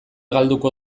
galduko